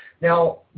Now